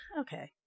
Okay